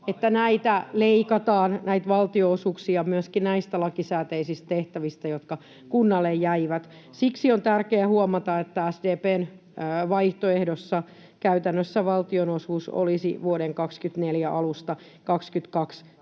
siitä, että näitä valtionosuuksia leikataan myöskin näistä lakisääteisistä tehtävistä, jotka kunnalle jäivät. Siksi on tärkeää huomata, että SDP:n vaihtoehdossa valtionosuus olisi vuoden 24 alusta